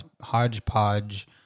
hodgepodge